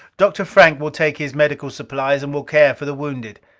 dr. frank will take his medical supplies and will care for the wounded.